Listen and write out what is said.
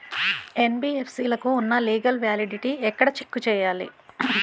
NBFC లకు ఉన్నా legal validity ఎక్కడ చెక్ చేయాలి?